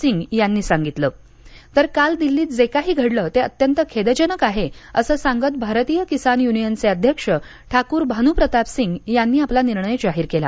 सिंग यांनी सांगितलं तर काल दिल्लीत जे काही घडलं ते अत्यंत खेदजनक आहे असं सांगत भारतीय किसान युनियनचे अध्यक्ष ठाकूर भानु प्रताप सिंग यांनी आपला निर्णय जाहीर केला